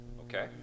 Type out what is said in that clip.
Okay